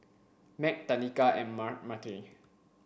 Mack Tenika and Myrtle